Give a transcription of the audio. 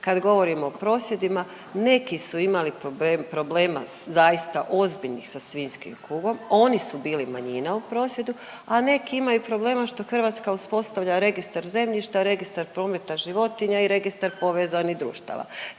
kad govorimo o prosvjedima neki su imali problema zaista ozbiljnih sa svinjskom kugom, oni su bili manjina u prosvjedu, a neki imaju problema što Hrvatska uspostavlja registar zemljišta, registar prometa životinja i registar povezanih društava.